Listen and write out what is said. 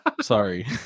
Sorry